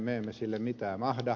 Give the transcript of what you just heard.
me emme sille mitään mahda